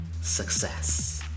success